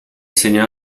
segna